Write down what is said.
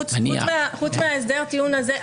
חוץ מהסדר הטיעון הזה,